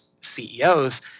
CEOs